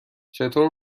چطور